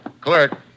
Clerk